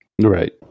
Right